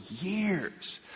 years